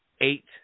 eight